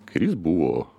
kairys buvo